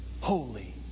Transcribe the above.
holy